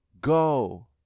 Go